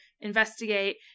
investigate